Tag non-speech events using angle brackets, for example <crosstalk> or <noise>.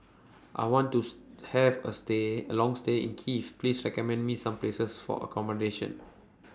I want to <noise> Have A stay A Long stay in Kiev Please recommend Me Some Places For accommodation